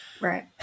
Right